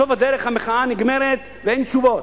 בסוף דרך המחאה נגמרת ואין תשובות,